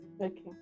okay